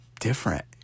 different